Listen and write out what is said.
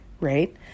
right